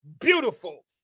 beautiful